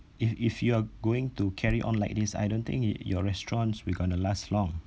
if if you're going to carry on like this I don't think your restaurant will gonna last long